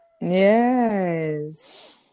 Yes